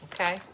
Okay